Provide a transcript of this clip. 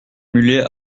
mulets